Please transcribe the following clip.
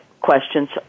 questions